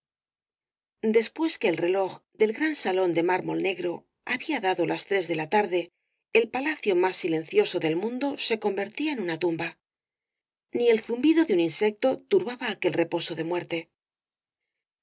después que el reloj del gran salón de mármol negro había dado las tres de la tarde el palacio más silencioso del mundo se convertía en una tumba ni el zumbido de un insecto turbaba aquel reposo de muerte